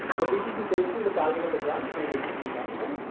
the btb tells you the target of the branch when it executed last time.